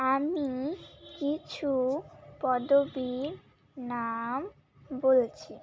আমি কিছু পদবীর নাম বলছি